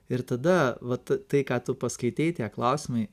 ir tada vat tai ką tu paskaitei tie klausimai